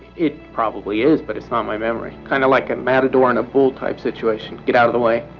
it probably is, but it's not my memory. kind of like a matador and a bull type situation. get out of the way.